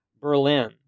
Berlin